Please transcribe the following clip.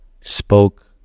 spoke